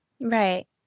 Right